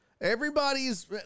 Everybody's